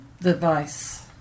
device